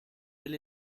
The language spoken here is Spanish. del